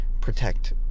protect